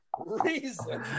reason